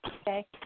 Okay